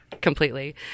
Completely